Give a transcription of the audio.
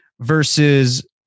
versus